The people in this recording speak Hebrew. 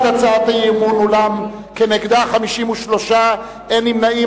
נגד, 53, אין נמנעים.